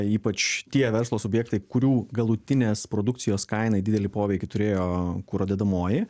ypač tie verslo subjektai kurių galutinės produkcijos kainai didelį poveikį turėjo kuro dedamoji